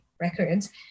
records